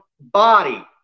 body